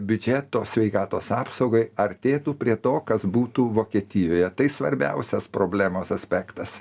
biudžeto sveikatos apsaugai artėtų prie to kas būtų vokietijoje tai svarbiausias problemos aspektas